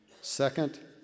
Second